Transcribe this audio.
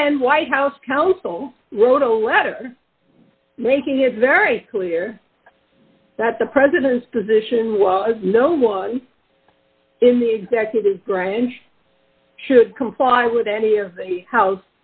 and white house counsel wrote a letter making it very clear that the president's position was no one in the executive branch should comply with any of the house